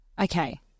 Okay